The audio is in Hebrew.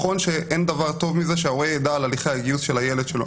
נכון שאין דבר טוב מזה שההורה ידע על הליכי הגיוס של הילד שלו,